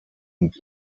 und